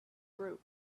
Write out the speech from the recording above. group